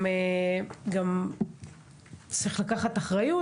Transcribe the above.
גם צריך לקחת אחריות.